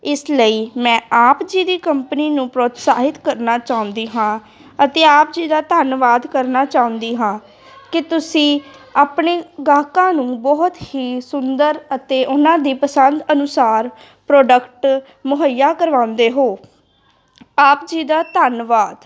ਇਸ ਲਈ ਮੈਂ ਆਪ ਜੀ ਦੀ ਕੰਪਨੀ ਨੂੰ ਪ੍ਰੋਸਾਹਿਤ ਕਰਨਾ ਚਾਹੁੰਦੀ ਹਾਂ ਅਤੇ ਆਪ ਜੀ ਦਾ ਧੰਨਵਾਦ ਕਰਨਾ ਚਾਹੁੰਦੀ ਹਾਂ ਕਿ ਤੁਸੀਂ ਆਪਣੇ ਗਾਹਕਾਂ ਨੂੰ ਬਹੁਤ ਹੀ ਸੁੰਦਰ ਅਤੇ ਉਹਨਾਂ ਦੀ ਪਸੰਦ ਅਨੁਸਾਰ ਪ੍ਰੋਡਕਟ ਮੁਹੱਈਆ ਕਰਵਾਉਂਦੇ ਹੋ ਆਪ ਜੀ ਦਾ ਧੰਨਵਾਦ